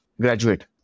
graduate